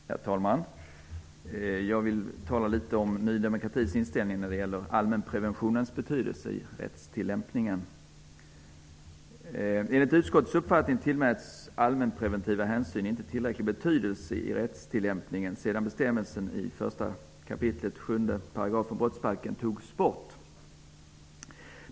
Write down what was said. Herr talman! Jag vill tala litet om Ny demokratis inställning till allmänpreventionens betydelse i rättstillämpningen. Enligt utskottets uppfattning tillmäts allmänpreventiva hänsyn inte tillräcklig betydelse i rättstillämpningen sedan 1 kap. 7 § brottsbalken togs bort.